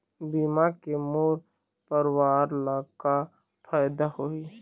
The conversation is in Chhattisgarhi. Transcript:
बीमा के मोर परवार ला का फायदा होही?